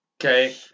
okay